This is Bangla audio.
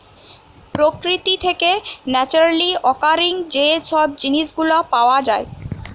প্রকৃতি থেকে ন্যাচারালি অকারিং যে সব জিনিস গুলা পাওয়া যায়